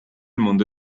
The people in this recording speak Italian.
mondo